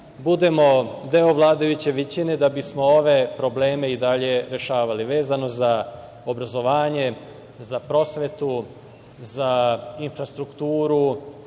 budemo deo vladajuće većine da bismo ove probleme i dalje rešavali. Vezano za obrazovanje, prosvetu, za infrastrukturu